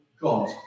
God